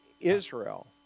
Israel